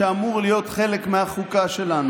אדוני היושב-ראש, החוק שלפנינו